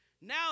Now